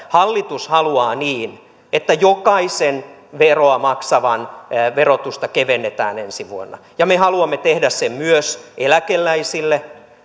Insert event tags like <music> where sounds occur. hallitus haluaa niin että jokaisen veroa maksavan verotusta kevennetään ensi vuonna me haluamme tehdä sen myös eläkeläisille <unintelligible>